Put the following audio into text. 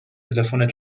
تلفن